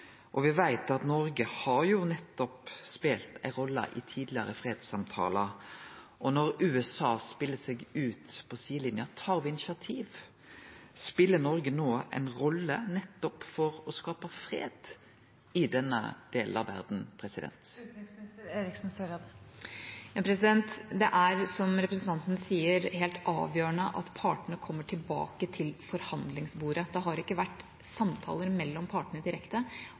veit at Noreg har spelt ei rolle i tidlegare fredssamtaler. Når USA speler seg ut på sidelinja, tar me initiativ? Speler Noreg no ei rolle nettopp for å skape fred i denne delen av verda? Det er, som representanten sier, helt avgjørende at partene kommer tilbake til forhandlingsbordet. Det har ikke vært samtaler mellom partene direkte